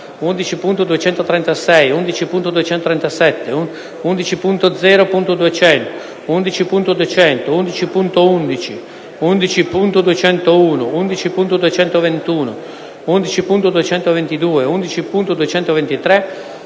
11.236, 11.237, 11.0.200, 11.200, 11.11, 11.201, 11.221, 11.222, 11.223,